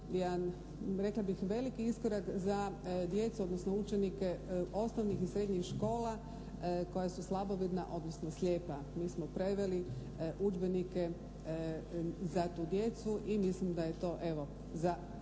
rekla bih, veliki iskorak za djecu, odnosno učenike osnovnih i srednjih škola koja su slabovidna, odnosno slijepa. Mi smo preveli udžbenike za tu djecu i mislim da je to, evo,